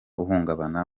uhungabana